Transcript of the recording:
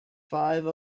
five